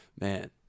Man